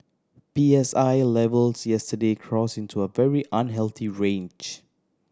P S I levels yesterday crossed into a very unhealthy range